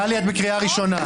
טלי, את בקריאה ראשונה.